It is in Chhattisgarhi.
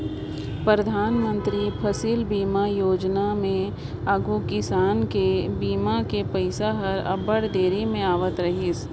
परधानमंतरी फसिल बीमा योजना में आघु किसान कर बीमा कर पइसा हर अब्बड़ देरी में आवत रहिस